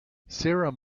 serum